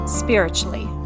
spiritually